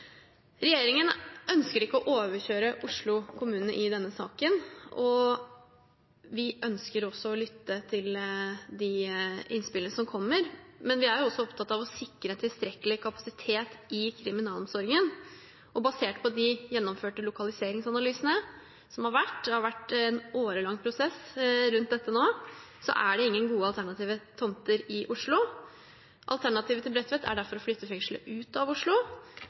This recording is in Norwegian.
Regjeringen ønsker ikke å overkjøre Oslo kommune i denne saken, og vi ønsker å lytte til de innspillene som kommer, men vi er også opptatt av å sikre tilstrekkelig kapasitet i kriminalomsorgen. Basert på de gjennomførte lokaliseringsanalysene som har vært gjort – det har vært en årelang prosess rundt dette nå – er det ingen gode alternative tomter i Oslo. Alternativet til Bredtvet er derfor å flytte fengselet ut av Oslo,